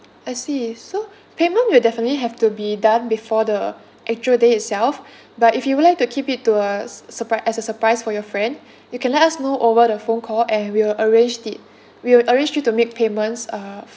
I see so payment will definitely have to be done before the actual day itself but if you would like to keep it to a su~ surprise as a surprise for your friend you can let us know over the phone call and we'll arranged it we'll arrange you to make payments uh